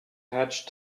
hatch